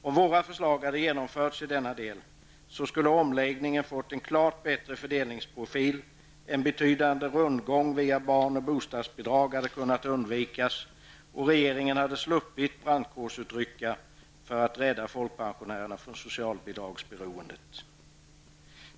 Om våra förslag hade genomförts denna del, skulle omläggningen fått en klart bättre fördelningsprofil, en betydande rundgång via barn och bostadsbidrag hade kunnat undvikas och regeringen hade sluppit brandkårsutrycka för att rädda folkpensionärerna från socialbidragsberoende.